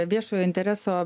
viešojo intereso